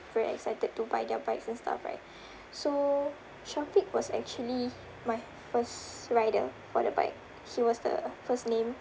very excited to buy their bikes and stuff right so shafiq was actually my first rider for the bike he was the first name